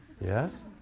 Yes